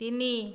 ତିନି